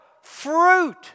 Fruit